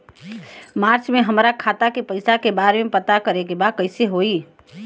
मार्च में हमरा खाता के पैसा के बारे में पता करे के बा कइसे होई?